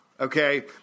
Okay